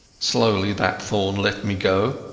slowly that thorn let me go.